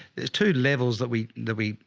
there's two levels that we, that we,